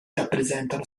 rappresentano